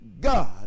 God